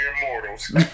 mortals